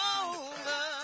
over